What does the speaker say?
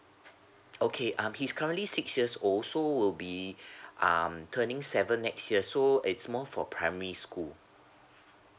okay um he's currently six years old so will be um turning seven next year so it's more for primary school